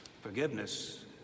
forgiveness